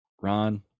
Ron